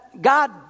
God